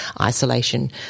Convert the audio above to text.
isolation